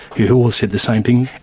who all said the same thing.